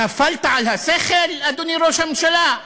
נפלת על השכל, אדוני ראש הממשלה?